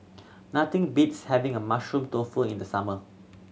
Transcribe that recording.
nothing beats having a Mushroom Tofu in the summer